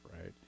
right